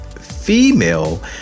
female